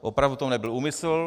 Opravdu to nebyl úmysl.